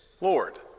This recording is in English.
Lord